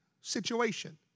situation